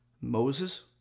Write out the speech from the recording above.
moses